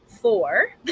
four